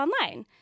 online